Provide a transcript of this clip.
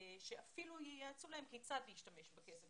שאפילו ייעצו להם כיצד להשתמש בכסף.